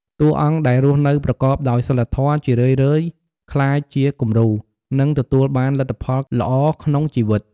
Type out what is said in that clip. តួអង្គដែលរស់នៅប្រកបដោយសីលធម៌ ជារឿយៗក្លាយជាគំរូ និងទទួលបានលទ្ធផលល្អក្នុងជីវិត។